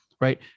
right